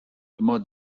immer